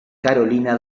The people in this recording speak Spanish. carolina